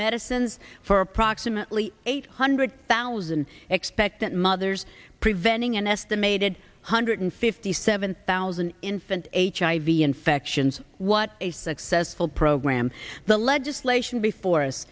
medicines for approximately eight hundred thousand expectant mothers preventing an estimated one hundred fifty seven thousand infant hiv infections what a successful program the legislation before us